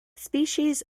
species